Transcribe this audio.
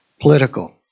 political